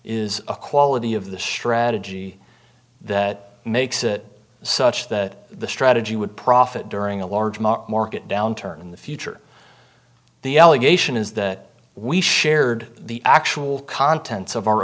is a quality of the strategy that makes it such that the strategy would profit during a large mock market downturn in the future the allegation is that we shared the actual contents of our